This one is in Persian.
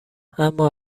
اما